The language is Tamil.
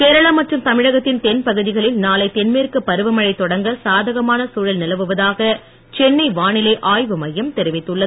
கேரளா மற்றும் தமிழகத்தின் தென் பகுதிகளில் நாளை தென்மேற்கு பருவமழை தொடங்க சாதகமான தூழல் நிலவுவதாக சென்னை வானிலை ஆய்வு மையம் தெரிவித்துள்ளது